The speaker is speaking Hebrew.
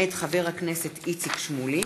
מאת חבר הכנסת איציק שמולי,